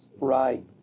Right